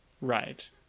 Right